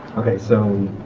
okay so